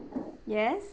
yes